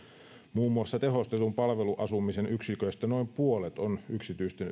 muun muassa tehostetun palveluasumisen yksiköistä noin puolet on yksityisten